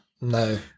No